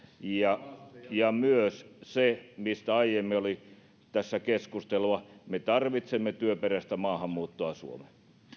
ja ja myös se mistä aiemmin oli keskustelua me tarvitsemme työperäistä maahanmuuttoa suomeen